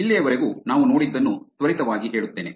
ಇಲ್ಲಿಯವರೆಗೂ ನಾವು ನೋಡಿದ್ದನ್ನು ತ್ವರಿತವಾಗಿ ಹೇಳುತ್ತೇನೆ